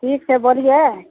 ठीक छै बोलिए